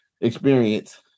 experience